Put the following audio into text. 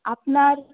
আপনার